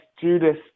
Judas